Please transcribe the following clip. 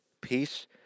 peace